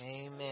Amen